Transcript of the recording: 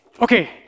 Okay